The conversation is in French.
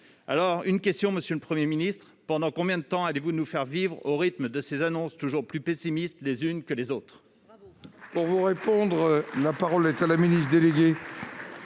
pouvons mieux faire. Monsieur le Premier ministre, pendant combien de temps allez-vous nous faire vivre au rythme de ces annonces toujours plus pessimistes les unes que les autres ?